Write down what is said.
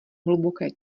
hluboké